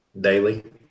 daily